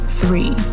three